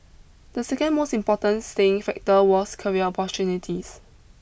the second most important staying factor was career opportunities